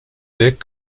dek